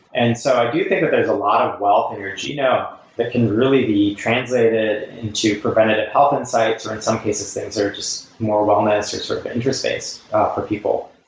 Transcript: and so i do think that there's a lot of wealth in your genome that can really be translated into preventative health insights, or in some cases, things are just more wellness or sort of interface for people.